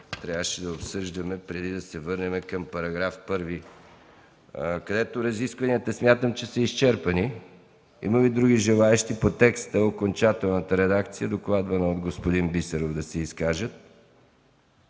трябваше да обсъждаме преди да се върнем към § 1, където разискванията смятам, че са изчерпани. Има ли други желаещи да се изкажат по текста – окончателната редакция, докладвана от господин Бисеров? Не виждам.